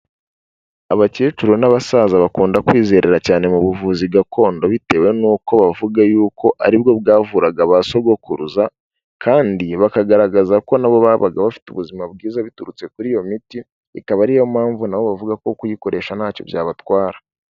Abakecuru n'abasaza bakunda kwizera cyane mu buvuzi gakondo bitewe nuko bavuga yuko ari bwo bwavuraga ba sogokuruza kandi bakagaragaza ko na bo babaga bafite ubuzima bwiza biturutse kuri iyo miti, ikaba ariyo mpamvu nabo bavuga ko kuyikoresha ntacyo byabatwara.